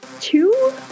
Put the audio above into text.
Two